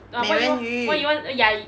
美人鱼